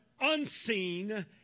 unseen